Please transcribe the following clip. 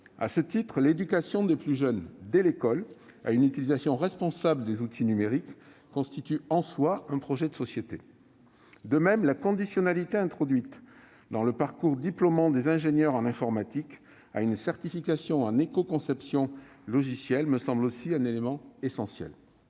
À ce titre, l'éducation des plus jeunes dès l'école à une utilisation responsable des outils numériques constitue en soi un projet de société. De même, la conditionnalité introduite dans le parcours diplômant des ingénieurs en informatique à une certification en écoconception logicielle me semble être un élément essentiel.